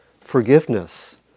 forgiveness